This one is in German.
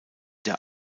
der